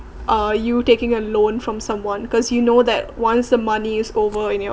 are you taking a loan from someone cause you know that once the money is over and your